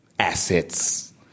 assets